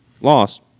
Lost